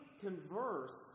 converse